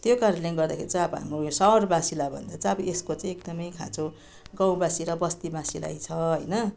त्यो कारणले गर्दाखेरि चाहिँ अब हाम्रो यो सहरवासीलाई भन्दा चाहिँ अब यसको चाहिँ एकदमै खाँचो गाउँवासी र बस्तीवासीलाई छ होइन